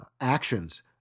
actions